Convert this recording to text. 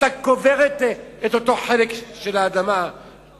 אתה קובר את אותו חלק של האדמה,